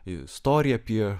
istorija apie